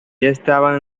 estaban